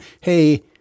hey